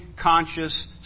conscious